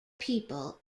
people